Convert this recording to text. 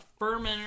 fermenter